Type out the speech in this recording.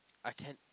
I can